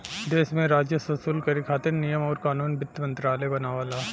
देश में राजस्व वसूल करे खातिर नियम आउर कानून वित्त मंत्रालय बनावला